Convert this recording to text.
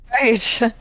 Right